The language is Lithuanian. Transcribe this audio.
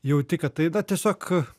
jauti kad tai na tiesiog